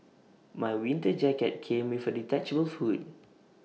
my winter jacket came with A detachable hood